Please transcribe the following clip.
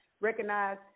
recognize